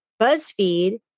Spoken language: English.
Buzzfeed